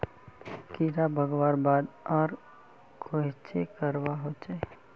कीड़ा भगवार बाद आर कोहचे करवा होचए?